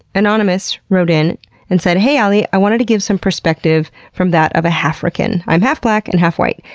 anonymous wrote in and said, hey alie, i wanted to give some perspective from that of a halfrican. i'm half black and half white.